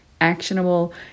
actionable